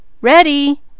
Ready